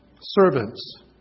Servants